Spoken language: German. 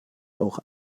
auch